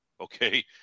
Okay